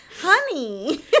Honey